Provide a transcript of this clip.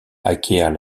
acquiert